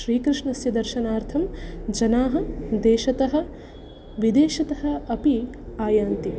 श्रीकृष्णस्य दर्शनार्थं जनाः देशतः विदेशतः अपि आयान्ति